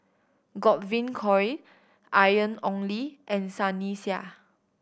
Godwin Koay Ian Ong Li and Sunny Sia